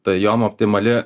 tai jom optimali